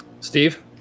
Steve